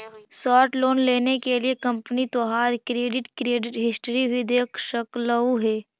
short loan देने के लिए कंपनी तोहार क्रेडिट क्रेडिट हिस्ट्री भी देख सकलउ हे